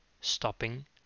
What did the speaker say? stopping